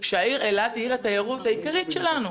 שהעיר אילת היא עיר התיירות העיקרית שלנו,